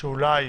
שאולי